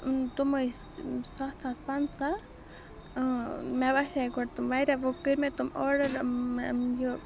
تِم ٲسۍ سَتھ ہَتھ پَنٛژاہ مےٚ باسے گۄڈٕ تِم واریاہ وۄنۍ کٔر مےٚ تِم آرڈر